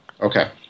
Okay